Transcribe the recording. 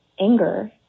anger